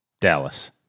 Dallas